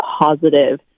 positive